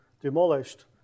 demolished